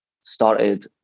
started